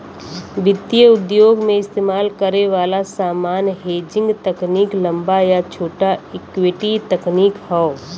वित्तीय उद्योग में इस्तेमाल करे वाला सामान्य हेजिंग तकनीक लंबा या छोटा इक्विटी तकनीक हौ